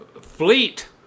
fleet